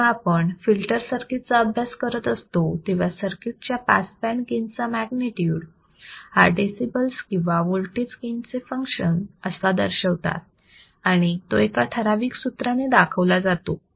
जेव्हा आपण filter circuit चा अभ्यास करत असतो तेव्हा सर्किटच्या पास बँड गेन चा म्याग्निटुड हा डेसिबलस किंवा वोल्टेज गेन चे फंक्शन असा दर्शवतात आणि तो एका ठराविक सूत्राने दाखवला जातो